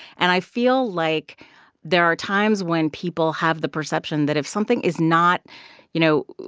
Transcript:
and i feel like there are times when people have the perception that if something is not you know,